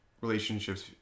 relationships